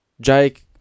Jake